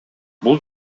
бул